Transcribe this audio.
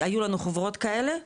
היו לנו חוברות כאלה,